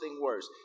worse